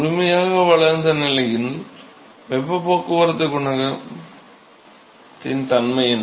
முழுமையாக வளர்ந்த நிலையில் வெப்பப் போக்குவரத்துக் குணகத்தின் தன்மை என்ன